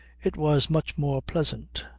it was much more pleasant.